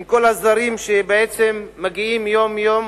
עם כל הזרים שבעצם מגיעים יום-יום,